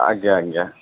ଆଜ୍ଞା ଆଜ୍ଞା